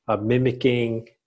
mimicking